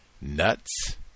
nuts